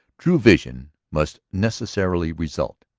true vision must necessarily result,